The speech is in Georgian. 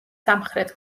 სამხრეთ